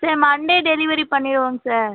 sir Monday delivery பண்ணிவிடுவோம் sir